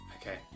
Okay